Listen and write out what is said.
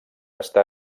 està